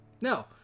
No